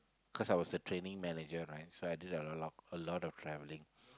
cause I was a training manager right so I did a lot a lot of travelling